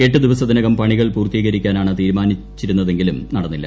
എട്ടുദിവസത്തിനകം പണികൾ പൂർത്തീകരിക്കാനാണ് തീരുമാനിച്ചിരുന്നതെങ്കിലും നടന്നില്ല